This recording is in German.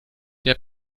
der